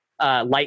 Light